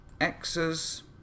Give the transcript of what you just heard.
X's